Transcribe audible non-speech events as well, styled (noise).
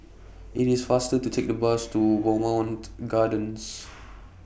IT IS faster to Take The Bus to Bowmont Gardens (noise)